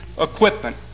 equipment